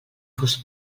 fos